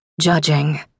judging